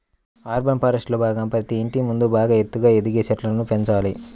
urban ఫారెస్ట్రీలో భాగంగా ప్రతి ఇంటి ముందు బాగా ఎత్తుగా ఎదిగే చెట్లను పెంచాలి